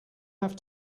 have